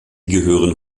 gehören